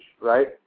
right